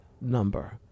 number